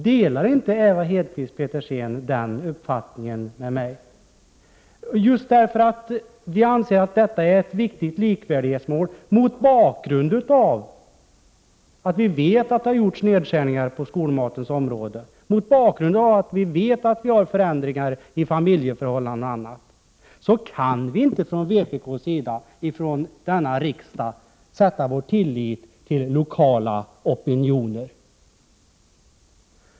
Delar inte Ewa Hedkvist Petersen den uppfattningen? Vi anser att det är ett viktigt likvärdighetsmål mot bakgrund av att vi vet att det har gjorts nedskärningar på skolmatens område. Vi vet också att det finns förändringar i familjeförhållanden och annat. Vi kan därför inte från vpk:s sida ifrån denna riksdag sätta vår tillit till lokala opinioner.